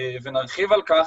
ונרחיב על כך,